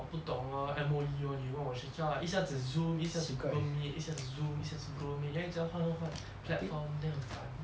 不懂 lor M_O_E lor 你问我学校 lah 一下子 Zoom 一下子 Google meet 一下子 Zoom 一下子 Google meet then 一直要换换换 platform then 很烦